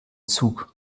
zug